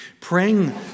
praying